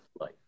life